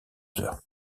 heures